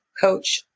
coach